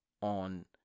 on